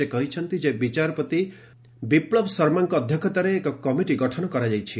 ସେ କହିଛନ୍ତି ଯେ ବିଚାରପତି ବିପ୍ଲବ ଶର୍ମାଙ୍କ ଅଧ୍ୟକ୍ଷତାରେ ଏକ କମିଟି ଗଠନ କରାଯାଇଛି